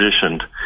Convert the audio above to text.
positioned